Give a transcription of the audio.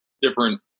different